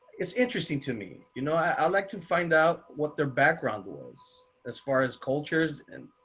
it's interesting to me. you know, i like to find out what their background was as far as cultures and